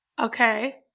Okay